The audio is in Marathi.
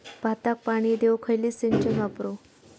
भाताक पाणी देऊक खयली सिंचन वापरू?